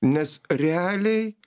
nes realiai